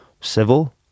civil